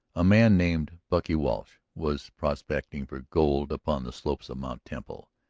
a man named bucky walsh was prospecting for gold upon the slopes of mt. temple,